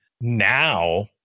now